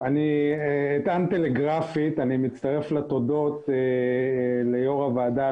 אני מצטרף לתודות ליושבת ראש הוועדה,